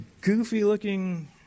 goofy-looking